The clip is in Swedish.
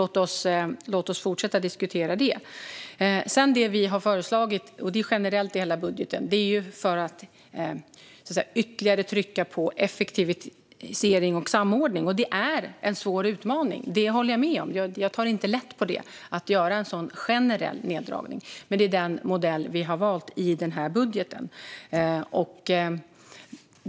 Låt oss fortsätta diskutera det. Den neddragning vi föreslagit generellt i hela budgeten är för att ytterligare trycka på effektivisering och samordning. Det är en svår utmaning; det håller jag med om. Jag tar inte lätt på att göra en sådan generell neddragning, men det är den modell vi valt i denna budget.